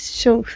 show